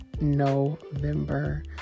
November